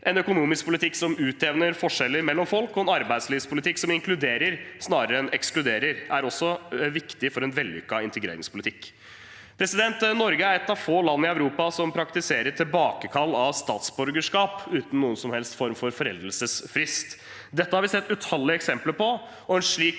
En økonomisk politikk som utjevner forskjeller mellom folk, og en arbeidslivspolitikk som inkluderer snarere enn ekskluderer, er også viktig for en vellykket integreringspolitikk. Norge er et av få land i Europa som praktiserer tilbakekall av statsborgerskap uten noen som helst form for foreldelsesfrist. Dette har vi sett utallige eksempler på, og en slik